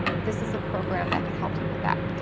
ah this is the program that could help you with that.